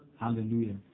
Hallelujah